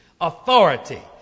authority